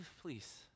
Please